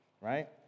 right